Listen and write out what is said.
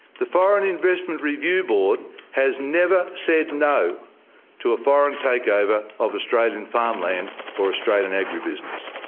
the foreign investment review board has never said no to a foreign takeover of australian farmland or australian agribusiness.